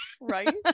Right